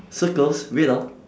circles wait ah